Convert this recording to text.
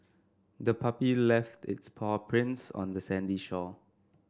the puppy left its paw prints on the sandy shore